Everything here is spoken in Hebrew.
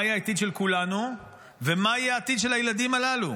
מה יהיה העתיד של כולנו ומה יהיה העתיד של הילדים הללו.